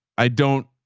i don't,